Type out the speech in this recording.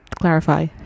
Clarify